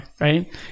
right